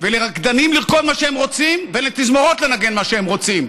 ולרקדנים לרקוד מה שהם רוצים ולתזמורות לנגן מה שהן רוצות,